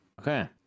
Okay